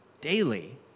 daily